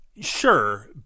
Sure